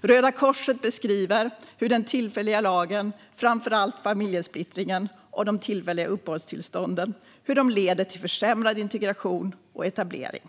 Röda Korset beskriver hur den tillfälliga lagen, framför allt vad gäller familjesplittringen och de tillfälliga uppehållstillstånden, leder till försämrad integration och etablering.